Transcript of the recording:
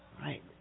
right